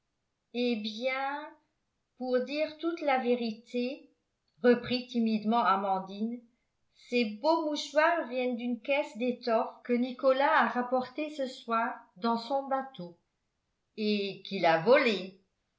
eh bien pour dire toute la vérité reprit timidement amandine ces beaux mouchoirs viennent d'une caisse d'étoffes que nicolas a rapportée ce soir dans son bateau et qu'il a volée